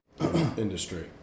industry